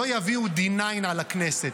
לא יביאו D9 על הכנסת.